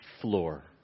floor